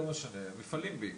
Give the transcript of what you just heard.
לא משנה, מפעלים בעיקר.